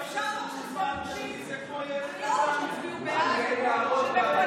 אפשר שדה מוקשים, בבקשה?